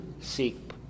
seek